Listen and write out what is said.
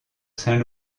saint